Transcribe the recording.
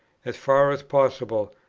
as far as possible,